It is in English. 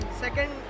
Second